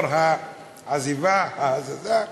לאור העזיבה, ההזזה,